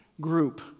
group